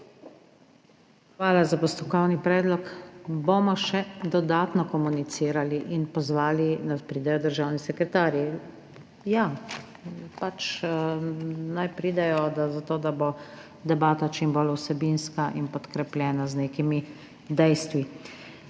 Hvala za postopkovni predlog. Bomo še dodatno komunicirali in pozvali, naj pridejo državni sekretarji. Ja, pač naj pridejo, zato da bo debata čim bolj vsebinska in podkrepljena z nekimi dejstvi.